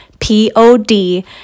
P-O-D